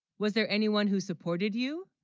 was there anyone, who supported you?